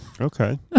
Okay